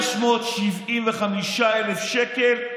575,226 אלף שקל,